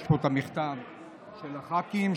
יש פה את המכתב של הח"כים,